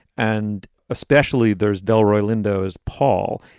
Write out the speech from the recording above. and especially there's delroy lindo as paul.